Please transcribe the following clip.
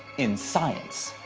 in science.